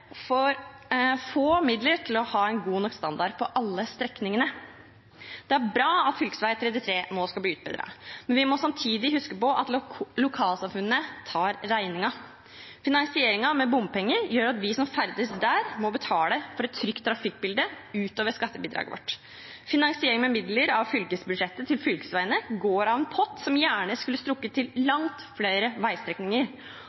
for få midler til å ha en god nok standard på alle strekningene. Det er bra at fv. 33 nå skal bli utbedret, men vi må samtidig huske at lokalsamfunnene tar regningen. Finansiering med bompenger gjør at vi som ferdes der, må betale for et trygt trafikkbilde ut over skattebidraget vårt. Finansiering med midler over fylkesbudsjettet til fylkesveier går av en pott som gjerne skulle strukket til